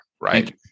right